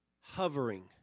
hovering